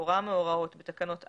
הוראה מההוראות בתקנות 4,